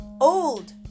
old